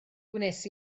gwnes